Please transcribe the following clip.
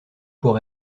pour